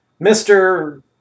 Mr